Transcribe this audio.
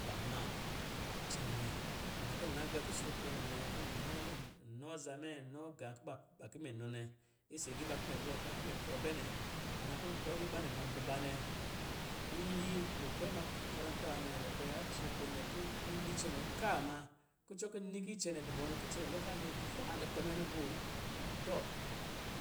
Ba ma cɛnɛ nɛ. Nna ki nna gbɛ kuskrukpɛ nɛ nɛ, kɔ̄ inɔ, ki inɔ aza mɛ, inɔ g kuba baku mɛ nɔ nɛ, isi giiba kuba kumɛ baku mɛ krɔ bɛ nɛ. Nna kɔ̄ krɔ agiibanɛ ma di ba nɛ, nli lukpɛ ama kan- karanta wa nɛ, lukpɛ a kusrukpɛ nɛ kɔ̄ nli cɛnɛ kaa ma, kucɔ ki ni ki icɛnɛ dɔ bɔ nɛ, ki icɛnɛ lɛ ka nɔ zwa lukpɛ mɛ luboo. Tɔ,